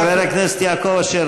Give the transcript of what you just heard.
חבר הכנסת יעקב אשר,